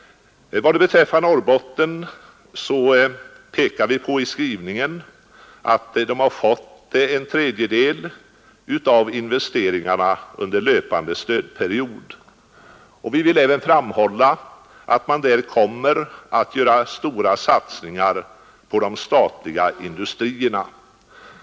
Vad beträffar Norrbotten pekar vi i utskottets skrivning på att detta område har fått en tredjedel av investeringarna under löpande stödperiod. Vi vill även framhålla att man där kommer att göra stora satsningar på de statliga industrierna.